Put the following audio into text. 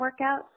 workouts